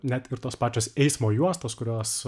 net ir tos pačios eismo juostos kurios